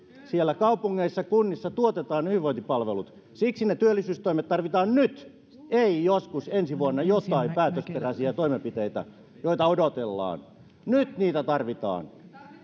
siellä kaupungeissa ja kunnissa tuotetaan ne hyvinvointipalvelut siksi ne työllisyystoimet tarvitaan nyt ei joskus ensi vuonna jotain päätösperäisiä toimenpiteitä joita odotellaan nyt niitä tarvitaan